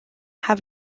have